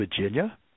Virginia